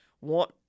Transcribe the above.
want